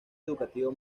educativo